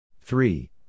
three